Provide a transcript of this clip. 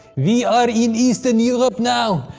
we are in eastern europe now!